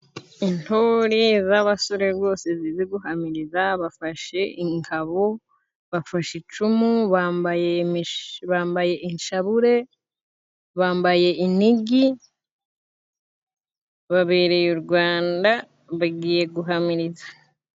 Intore z'abasore bose zizi guhamiriza. Bafashe ingabo, bafashe icumu bambaye bambaye inshabure, bambaye inigi babereye u Rwanda bagiye guhamiriza.